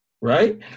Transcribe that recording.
right